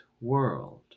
world